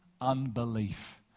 Unbelief